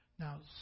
Now